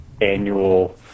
annual